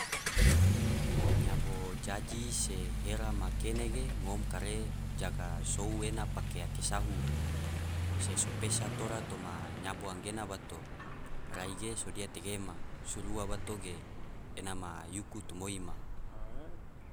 Nyabo jaji se hera ma kene ge ngom kare jaga sou ena pake ake sahu se sopesa tora toma nyabo gena bato, rai ge sodia te ge ma suru ua bato ge ena ma yuku tomoi ma.